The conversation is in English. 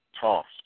tossed